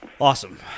Awesome